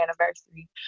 anniversary